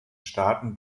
staaten